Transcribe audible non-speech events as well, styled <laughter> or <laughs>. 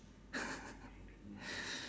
<laughs>